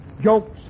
Jokes